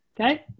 Okay